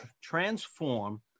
transform